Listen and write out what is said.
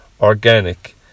organic